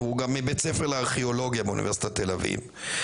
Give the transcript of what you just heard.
הוא גם מבית ספר לארכיאולוגיה באוניברסיטת תל אביב,